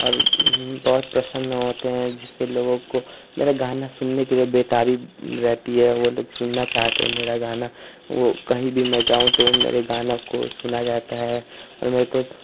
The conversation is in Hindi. और बहुत प्रसन्न होते हैं जिससे लोगों को मेरा गाना सुनने के लिए बेताबी रहती है वे लोग सुनना चाहते हैं मेरा गाना कहीं भी मैं जाऊँ तो मेरे गाने को सुना जाता है मुझको